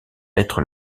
être